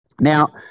now